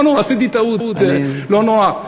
לא נורא.